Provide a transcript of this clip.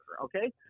okay